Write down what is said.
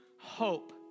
hope